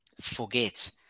Forget